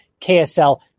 KSL